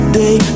day